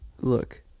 look